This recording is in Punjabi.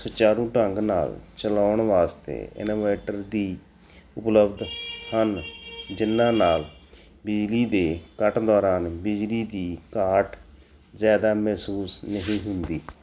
ਸੁਚਾਰੂ ਢੰਗ ਨਾਲ ਚਲਾਉਣ ਵਾਸਤੇ ਇਨਵਰਟਰ ਦੀ ਉਪਲਬਧ ਹਨ ਜਿਨ੍ਹਾਂ ਨਾਲ ਬਿਜਲੀ ਦੇ ਕੱਟ ਦੌਰਾਨ ਬਿਜਲੀ ਦੀ ਘਾਟ ਜ਼ਿਆਦਾ ਮਹਿਸੂਸ ਨਹੀਂ ਹੁੰਦੀ